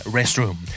Restroom